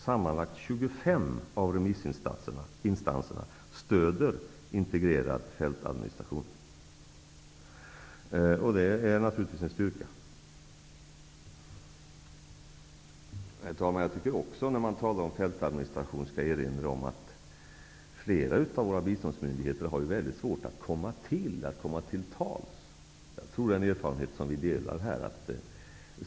Sammanlagt 25 remissinstanser stöder en integrerad fältadministration. Det är naturligvis en styrka. Herr talman! När man talar om fältadministration tycker jag att man skall erinra om att flera av våra biståndsmyndigheter har mycket svårt att komma till tals. Det tror jag är en erfarenhet som vi delar här.